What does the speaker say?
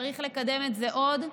צריך לקדם את זה עוד,